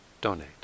donate